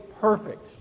perfect